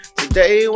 today